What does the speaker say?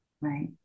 right